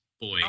boy